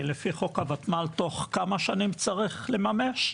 לפי חוק ה-ותמ"ל תוך כמה שנים צריך לממש?